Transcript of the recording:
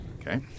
Okay